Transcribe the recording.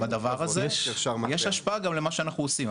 יש השפעה גם למה שאנחנו עושים,